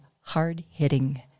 hard-hitting